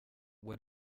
what